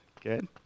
Good